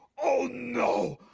oh no,